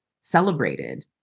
celebrated